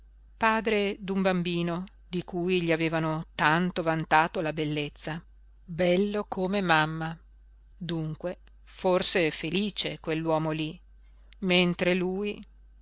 padre d'un bambino di cui gli avevano tanto vantato la bellezza bello come mamma dunque forse felice quell'uomo lí mentre lui